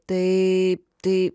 tai tai